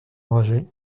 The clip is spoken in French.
enragé